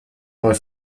neu